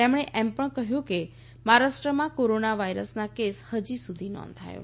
તેમણે એમ પણ કહ્યું કે મહારાષ્ટ્રમાં કોરોના વાયરસનો કેસ હજી સુધી નોંધાયો નથી